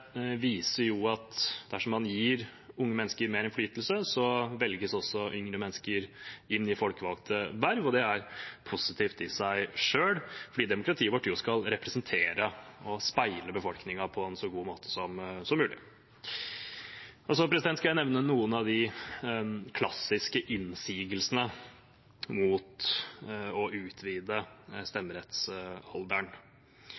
viser at dersom unge mennesker gis mer innflytelse, velges yngre mennesker inn i folkevalgte verv, og det er positivt i seg selv fordi demokratiet vårt skal representere og speile befolkningen på en så god måte som mulig. Jeg skal nevne noen av de klassiske innsigelsene mot å utvide